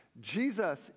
Jesus